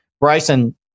Bryson